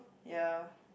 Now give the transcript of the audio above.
ya